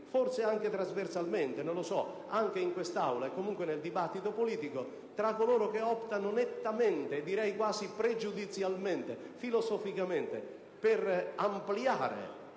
forse anche trasversalmente, in quest'Aula e comunque nel dibattito politico tra coloro che optano nettamente e direi quasi pregiudizialmente, filosoficamente, per ampliare